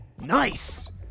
nice